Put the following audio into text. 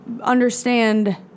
understand